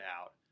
out